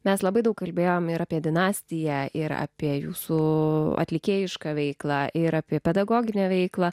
mes labai daug kalbėjome ir apie dinastiją ir apie jūsų atlikėjišką veiklą ir apie pedagoginę veiklą